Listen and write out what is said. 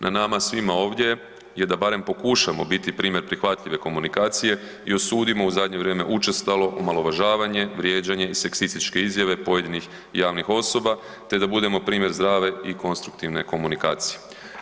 Na nama svima ovdje je da barem pokušamo biti primjer prihvatljive komunikacije i osudimo u zadnje vrijeme učestalo omalovažavanje, vrijeđanje i seksističke izjave pojedinih javnih osoba, te da budemo primjer zdrave i konstruktivne komunikacije.